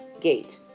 Gate